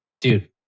dude